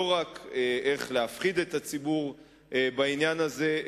לא רק איך להפחיד את הציבור בעניין הזה,